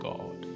God